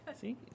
See